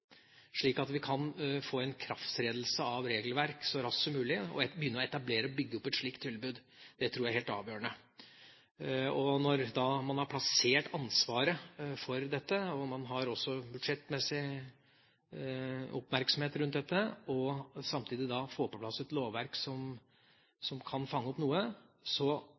slik at vi kan få en ikrafttredelse av regelverk så raskt som mulig, og begynne å etablere og bygge opp et slikt tilbud. Det tror jeg er helt avgjørende. Når man har plassert ansvaret for dette og man også har budsjettmessig oppmerksomhet rundt dette og samtidig får på plass et lovverk som kan fange opp noe,